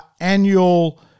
annual